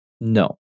No